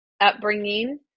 upbringing